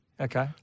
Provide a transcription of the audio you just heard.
Okay